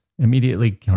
Immediately